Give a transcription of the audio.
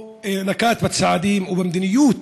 נקט צעדים או מדיניות,